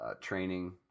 training